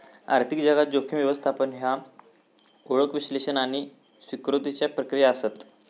आर्थिक जगात, जोखीम व्यवस्थापन ह्या ओळख, विश्लेषण आणि स्वीकृतीच्या प्रक्रिया आसत